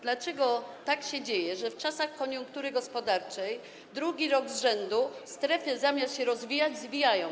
Dlaczego się dzieje tak, że w czasach koniunktury gospodarczej drugi rok z rzędu strefy, zamiast się rozwijać, się zwijają?